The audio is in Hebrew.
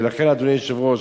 ולכן, אדוני היושב-ראש,